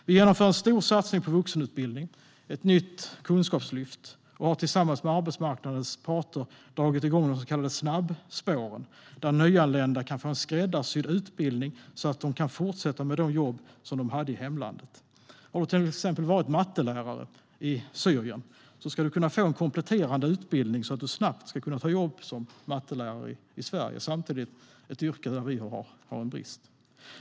Vi genomför en stor satsning på vuxenutbildning, ett nytt kunskapslyft, och har tillsammans med arbetsmarknadens parter dragit igång de så kallade snabbspåren, där nyanlända kan få en skräddarsydd utbildning så att de kan fortsätta med de jobb de hade i hemlandet. Har du till exempel varit mattelärare i Syrien ska du kunna få en kompletterande utbildning så att du snabbt ska kunna få jobb som mattelärare i Sverige. Det är samtidigt ett yrke där vi har brist.